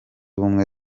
ubumwe